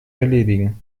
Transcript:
erledigen